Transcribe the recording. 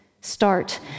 start